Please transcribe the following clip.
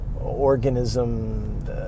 organism